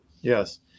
Yes